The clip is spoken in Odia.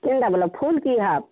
କେନ୍ତା ବୋଲୋ ଫୁଲ୍ କି ହାପ୍